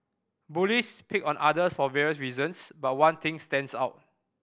bullies pick on others for various reasons but one thing stands out